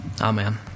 Amen